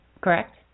correct